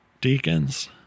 deacons